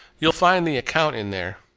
you'll find the account in there.